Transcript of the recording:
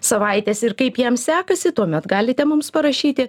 savaites ir kaip jam sekasi tuomet galite mums parašyti